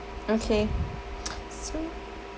okay so